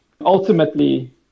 Ultimately